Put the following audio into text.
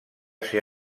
ser